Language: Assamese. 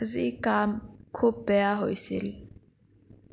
আজি কাম খুব বেয়া হৈছিল